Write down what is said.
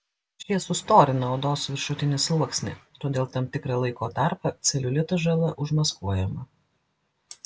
šie sustorina odos viršutinį sluoksnį todėl tam tikrą laiko tarpą celiulito žala užmaskuojama